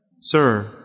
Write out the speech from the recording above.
Sir